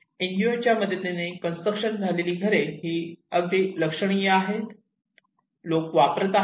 N G O च्या मदतीने construction झालेली घरे ही अगदी लक्षणीय आहेत लोक वापरत आहेत